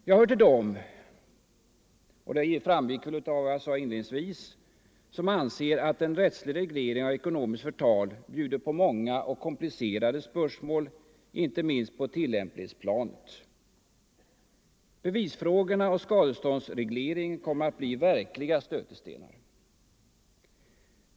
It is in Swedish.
Jag hör till dem — det framgick väl av vad jag inledningsvis sade — som anser att en rättslig reglering av ekonomiskt förtal bjuder på många och komplicerade spörsmål, inte minst på tillämpningsplanet. Bevisfrågorna och skadeståndsregleringen kommer att bli verkliga stötestenar.